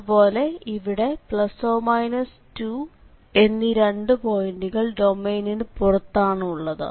അതുപോലെ ഇവിടെ ±2 എന്നീ രണ്ടു പോയിൻറ്കൾ ഡൊമെയ്നിനു പുറത്താണ് ഉള്ളത്